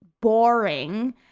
boring